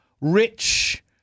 rich